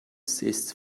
seeds